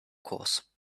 course